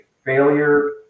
Failure